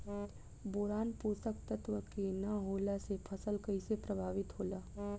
Boron पोषक तत्व के न होला से फसल कइसे प्रभावित होला?